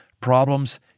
problems